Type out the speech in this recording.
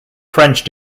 french